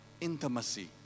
intimacy